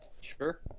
Sure